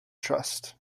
trust